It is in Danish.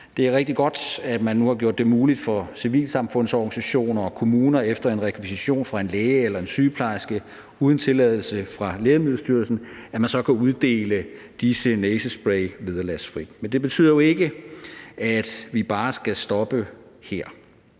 Det er rigtig godt, at man nu har gjort det muligt for civilsamfundsorganisationer og kommuner efter en rekvisition fra en læge eller en sygeplejerske og uden tilladelse fra Lægemiddelstyrelsen at uddele disse næsespray vederlagsfrit. Men det betyder jo ikke, at vi bare skal stoppe her.